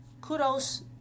kudos